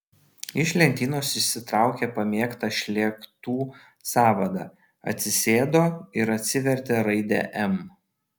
iš lentynos išsitraukė pamėgtą šlėktų sąvadą atsisėdo ir atsivertė raidę m